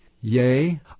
Yea